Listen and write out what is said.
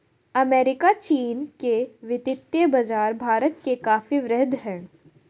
America चीन के वित्तीय बाज़ार भारत से काफी वृहद हैं